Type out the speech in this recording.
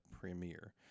Premiere